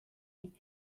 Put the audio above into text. and